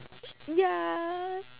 ya